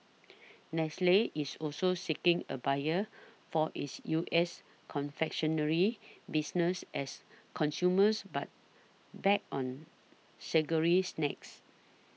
Nestle is also seeking a buyer for its U S confectionery business as consumers but back on sugary snacks